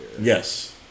Yes